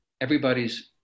everybody's